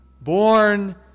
born